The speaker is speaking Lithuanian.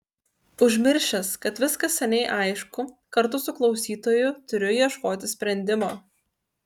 užmiršęs kad viskas seniai aišku kartu su klausytoju turiu ieškoti sprendimo